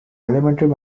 elementary